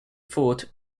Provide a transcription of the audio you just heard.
foot